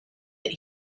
that